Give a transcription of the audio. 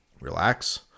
Relax